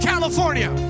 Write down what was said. California